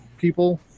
people